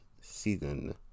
season